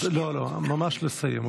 לא, לא, ממש לסיים.